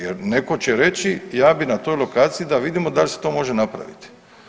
Jer netko će reći ja bih na toj lokaciji da vidimo da li se to može napraviti.